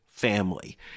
family